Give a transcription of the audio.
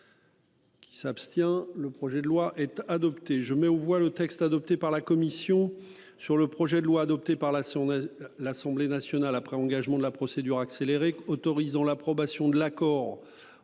Le projet de loi est adopté, je mets aux voix. Le texte adopté par la commission sur le projet de loi adopté par son. L'Assemblée nationale après engagement de la procédure accélérée, autorisant l'approbation de l'accord